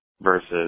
versus